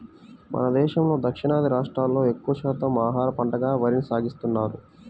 మన దేశంలో దక్షిణాది రాష్ట్రాల్లో ఎక్కువ శాతం ఆహార పంటగా వరిని సాగుచేస్తున్నారు